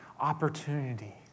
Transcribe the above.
opportunity